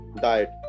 diet